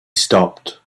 stopped